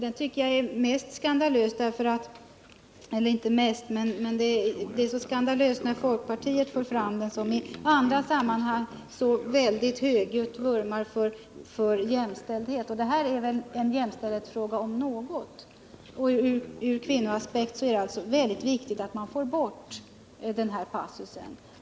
Det är skandalöst när folkpartiet uttalar sig för den — folkpartiet som i andra sammanhang så väldigt högljutt vurmar för jämställdhet. Det här är väl en jämställdhetsfråga om någon. Ur kvinnoaspekt är det alltså mycket viktigt att få bort den passusen.